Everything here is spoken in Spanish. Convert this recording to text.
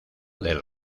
del